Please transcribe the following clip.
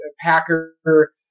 Packer